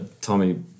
Tommy